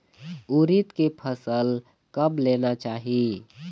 उरीद के फसल कब लेना चाही?